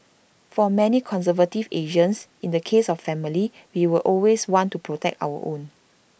for many conservative Asians in the case of family we will always want to protect our own